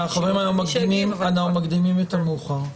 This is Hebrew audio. חברים, אנחנו מקדימים את המאוחר.